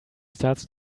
starts